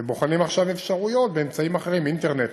ובוחנים עכשיו אפשרויות באמצעים אחרים: אינטרנט,